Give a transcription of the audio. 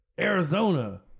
Arizona